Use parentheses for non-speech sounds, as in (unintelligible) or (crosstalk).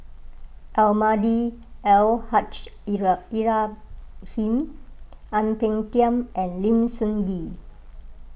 Almahdi Al Haj (unintelligible) Ibrahim Ang Peng Tiam and Lim Sun Gee